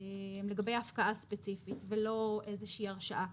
לגבי הפקעה ספציפית, ולא איזושהי הרשאה כללית.